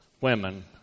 women